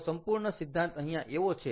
તો સંપૂર્ણ સિદ્ધાંત અહીંયા એવો છે